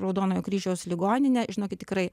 raudonojo kryžiaus ligoninę žinokit tikrai